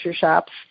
shops